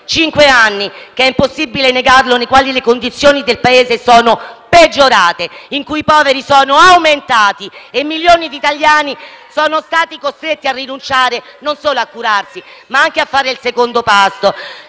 cinque anni in cui - è impossibile negarlo - le condizioni del Paese sono peggiorate, in cui i poveri sono aumentati e milioni di italiani sono strati costretti a rinunciare, non solo a curarsi, ma anche a fare il secondo pasto.